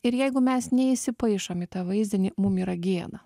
ir jeigu mes neįsipaišom į tą vaizdinį mum yra gėda